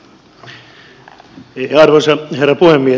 arvoisa herra puhemies